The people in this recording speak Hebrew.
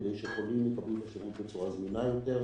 כדי שחולים יקבלו את השירות בצורה זמינה יותר.